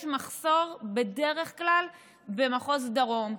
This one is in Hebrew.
ובדרך כלל יש מחסור במחוז דרום,